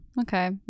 okay